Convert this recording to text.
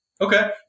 Okay